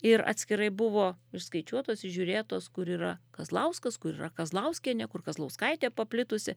ir atskirai buvo išskaičiuotos išžiūrėtos kur yra kazlauskas kur yra kazlauskienė kur kazlauskaitė paplitusi